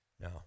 No